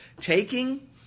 taking